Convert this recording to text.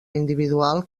individual